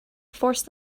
forced